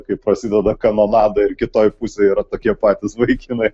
kai prasideda kanonada ir kitoj pusėj yra tokie patys vaikinai